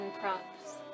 props